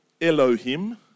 Elohim